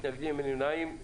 אין מתנגדים ואין נמנעים.